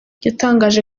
yatangaje